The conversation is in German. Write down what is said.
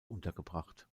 untergebracht